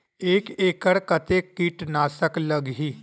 एक एकड़ कतेक किट नाशक लगही?